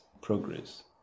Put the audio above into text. Progress